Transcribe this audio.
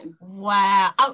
Wow